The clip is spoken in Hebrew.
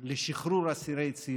לשחרור אסירי ציון.